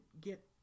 get